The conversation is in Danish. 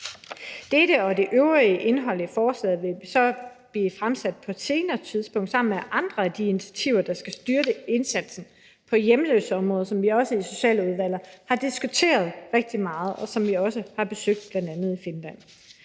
Dette og det øvrige indhold i forslaget vil så blive fremsat på et senere tidspunkt sammen med andre af de initiativer, der skal styrke indsatsen på hjemløseområdet, som vi også i Socialudvalget har diskuteret rigtig meget, og hvor vi også har været på besøg i bl.a. Finland.